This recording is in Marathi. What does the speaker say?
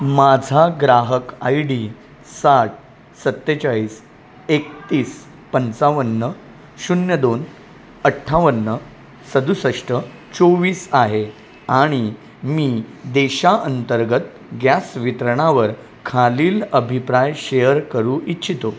माझा ग्राहक आयडी साठ सत्तेचाळीस एकतीस पंचावन्न शून्य दोन अठ्ठावन्न सदुसष्ट चोवीस आहे आणि मी देशांतर्गत गॅस वितरणावर खालील अभिप्राय शेअर करू इच्छितो ऑनलाईन आरक्षण करताना मला समस्यांचा सामना करावा लागला संकेत स्थळ प्रतिसाद देत नव्हते